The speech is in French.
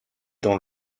dans